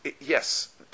yes